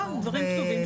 לא, דברים כתובים.